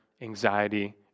anxiety